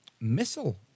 missile